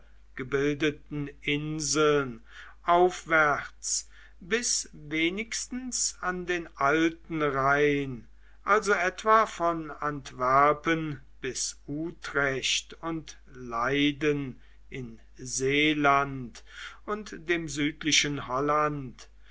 gebildeten inseln aufwärts bis wenigstens an den alten rhein also etwa von antwerpen bis utrecht und leiden in seeland und dem südlichen holland